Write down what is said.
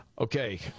Okay